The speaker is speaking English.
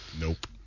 Nope